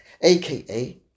aka